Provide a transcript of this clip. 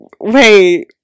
wait